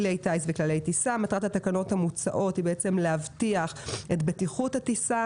מטרת התקנות המוצעות היא להבטיח את בטיחות הטיסה